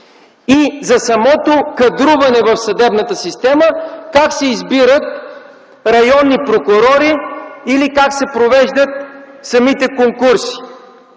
И за самото кадруване в съдебната система: как се избират районни прокурори или как се провеждат самите конкурси?